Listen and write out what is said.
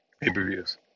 pay-per-views